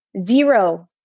zero